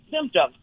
symptoms